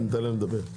ניתן להם לדבר.